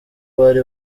bari